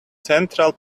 central